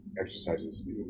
exercises